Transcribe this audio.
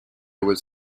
was